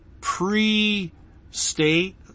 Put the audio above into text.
pre-state